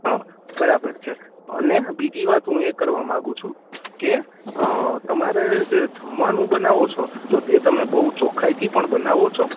હં બરાબર છે અને બીજી વાત હું એ કરવા માગું છું કે તમારે જે જમવાનું બનાવો છો તો એ તમે બહુ ચોક્ખાઈથી પણ બનાવો છો